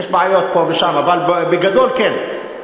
יש בעיות פה ושם, אבל בגדול, כן.